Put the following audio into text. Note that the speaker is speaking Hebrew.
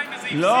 שנתיים וזה הפסיק?